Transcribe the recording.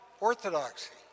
Orthodoxy